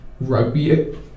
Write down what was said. rugby